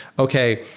okay,